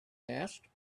asked